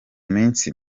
minsi